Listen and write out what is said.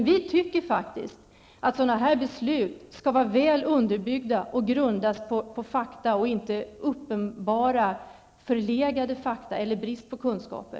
Vi tycker att sådana beslut skall vara väl underbyggda och grundas på fakta, inte på uppenbarligen förlegade fakta eller brist på kunskaper.